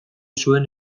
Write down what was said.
zuen